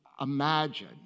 imagine